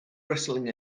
wrestling